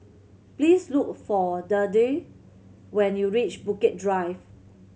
please look for Deirdre when you reach Bukit Drive